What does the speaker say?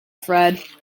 fred